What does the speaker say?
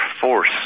force